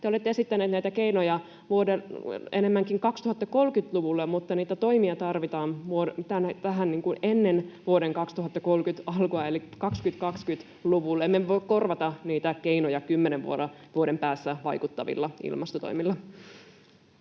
Te olette esittäneet näitä keinoja enemmänkin 2030-luvulle, mutta niitä toimia tarvitaan ennen vuoden 2030 alkua eli 2020-luvulla. Emme me voi korvata niitä keinoja kymmenen vuoden päässä vaikuttavilla ilmastotoimilla.